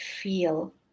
feel